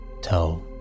tell